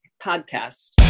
podcast